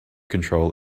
control